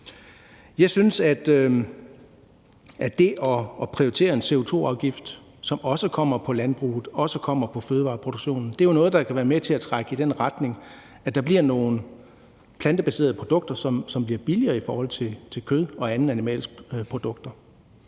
Jeg synes, at det at prioritere en CO2-afgift, som også kommer på landbruget og også kommer på fødevareproduktionen, jo er noget, der kan være med til at trække i den retning, at der bliver nogle plantebaserede produkter, som bliver billigere i forhold til kød og andre animalske produkter.